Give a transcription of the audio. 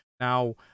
Now